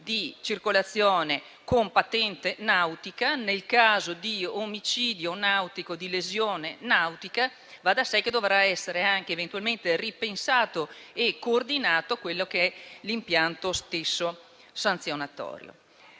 di circolazione con patente nautica, nel caso di omicidio nautico o di lesione nautica, va da sé che dovrà essere anche eventualmente ripensato e coordinato l'impianto sanzionatorio.